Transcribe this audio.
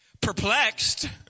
Perplexed